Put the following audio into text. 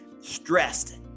stressed